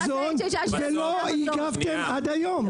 ולא הגבתם עד היום.